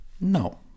No